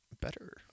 better